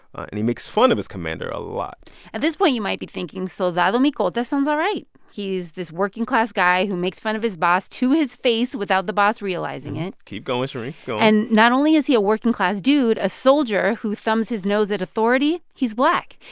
and he makes fun of his commander a lot at this point, you might be thinking, soldado micolta sounds all right. he's this working-class guy who makes fun of his boss to his face without the boss realizing it keep going, shereen. go on and not only is he a working-class dude, a soldier who thumbs his nose at authority, he's black.